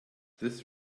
this